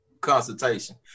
consultation